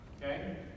Okay